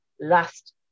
last